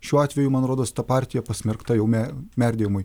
šiuo atveju man rodos ta partija pasmerkta jau me merdėjimui